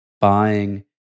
buying